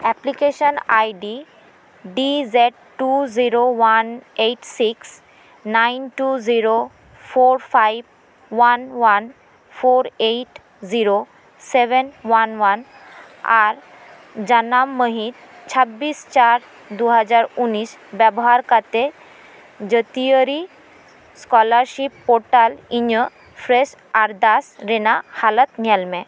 ᱰᱤ ᱡᱮᱴ two zero one eight six nine two zero four five one one four eight zero seven one one ᱟᱨ ᱡᱟᱱᱟᱢ ᱢᱟᱹᱦᱤᱛ ᱪᱷᱟᱵᱤᱥ ᱪᱟᱨ ᱫᱩᱦᱟᱡᱟᱨ ᱩᱱᱤᱥ ᱵᱮᱵᱚᱦᱟᱨ ᱠᱟᱛᱮᱫ ᱡᱟᱹᱛᱭᱟᱹᱨᱤ ᱤᱧᱟᱹᱜ ᱟᱨᱫᱟᱥ ᱨᱮᱱᱟᱜ ᱦᱟᱞᱚᱛ ᱧᱮᱞ ᱢᱮ